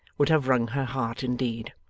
would have wrung her heart indeed.